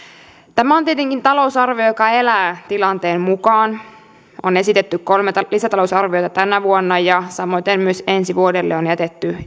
tämä on tietenkin talousarvio joka elää tilanteen mukaan on esitetty kolme lisätalousarviota tänä vuonna ja samoiten myös ensi vuodelle on jätetty